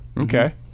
Okay